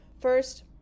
First